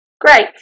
Great